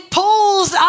pulls